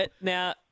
now